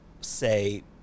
say